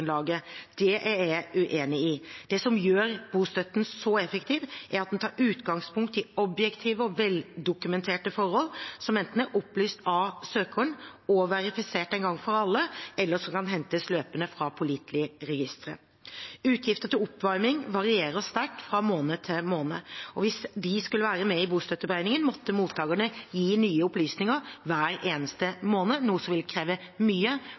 Det er jeg uenig i. Det som gjør bostøtten så effektiv, er at den tar utgangspunkt i objektive og veldokumenterte forhold, som enten er opplyst av søkeren og verifisert en gang for alle, eller som kan hentes løpende fra pålitelige registre. Utgifter til oppvarming varierer sterkt fra måned til måned. Hvis de skulle være med i bostøtteberegningen, måtte mottakerne gi nye opplysninger hver eneste måned, noe som ville kreve mye